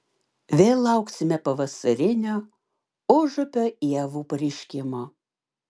vėl lauksime pavasarinio užupio ievų pareiškimo